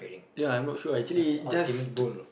ya I'm not sure actually just to